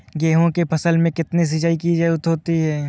गेहूँ की फसल में कितनी सिंचाई की जरूरत होती है?